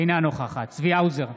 אינה נוכחת צבי האוזר,